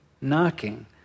knocking